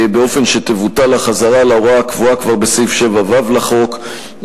באופן שתבוטל החזרה להוראה הקבועה כבר בסעיף 7(ו) לחוק,